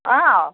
অঁ